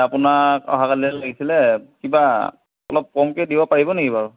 আপোনাক অহা কালিলে লাগিছিলে কিবা অলপ কমকে দিব পাৰিব নেকি বাৰু